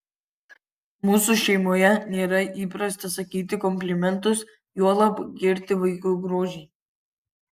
mūsų šeimoje nėra įprasta sakyti komplimentus juolab girti vaiko grožį